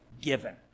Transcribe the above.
given